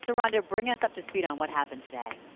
so rhonda, bring us up to speed on what happened today.